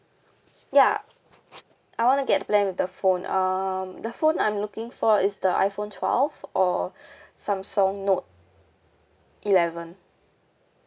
ya I wanna get the plan with the phone um the phone I'm looking for is the iphone twelve or samsung note eleven